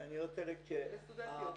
לסטודנטיות.